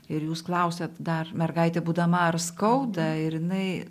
ir jūs klausiat dar mergaitė būdama ar skauda ir jinai